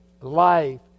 life